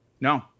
No